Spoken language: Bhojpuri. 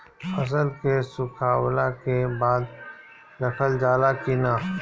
फसल के सुखावला के बाद रखल जाला कि न?